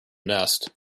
nest